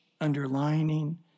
underlining